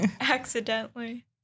accidentally